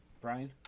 Brian